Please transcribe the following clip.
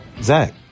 Zach